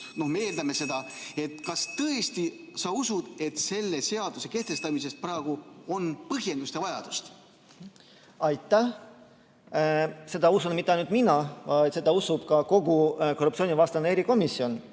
eeldame seda. Kas sa tõesti usud, et selle seaduse kehtestamiseks praegu on põhjendust ja vajadust? Aitäh! Seda ei usu mitte ainult mina, vaid seda usub ka kogu korruptsioonivastane erikomisjon,